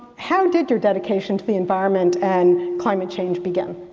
how did your dedication to the environment and climate change begin?